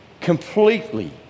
Completely